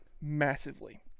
massively